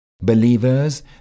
Believers